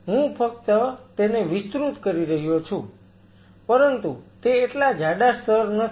હું ફક્ત તેને વિસ્તૃત કરી રહ્યો છું પરંતુ તે એટલા જાડા સ્તર નથી